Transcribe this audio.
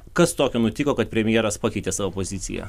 kas tokio nutiko kad premjeras pakeitė savo poziciją